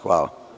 Hvala.